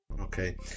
Okay